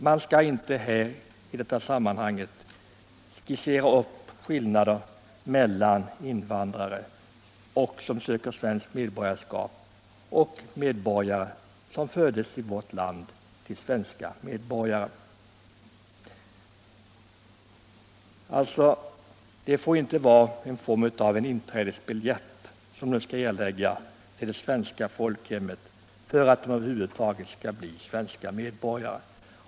Man skall inte i detta sammanhang skissera upp skillnader mellan invandrare som söker svenskt medborgarskap och medborgare som föds i vårt land till svenska medborgare. Det får alltså inte vara en form av inträdesbiljett som invandrarna skall erlägga till det svenska folkhemmet för att över huvud taget bli svenska medborgare.